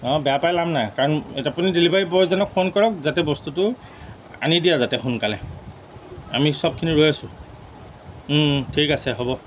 অঁ বেয়া পাই লাভ নাই কাৰণ আপুনি ডেলিভাৰী বয়জনক ফোন কৰক যাতে বস্তুটো আনি দিয়ে যাতে সোনকালে আমি চবখিনি ৰৈ আছোঁ উম উম ঠিক আছে হ'ব